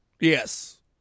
Yes